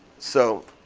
so